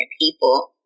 people